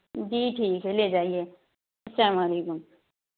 جی ٹھیک ہے لے جاٮٔیے السّلام علیکم